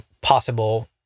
possible